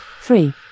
Three